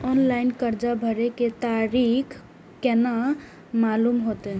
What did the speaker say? Online कर्जा भरे के तारीख केना मालूम होते?